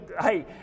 hey